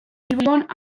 bilbon